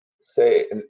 say